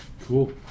Cool